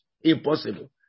Impossible